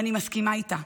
ואני מסכימה איתה.